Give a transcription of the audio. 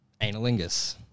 analingus